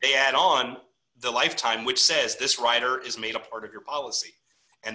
they add on the lifetime which says this writer is made a part of your policy and the